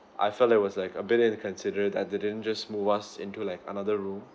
I felt like it was like a bit inconsiderate that they didn't just move us into like another room